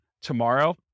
tomorrow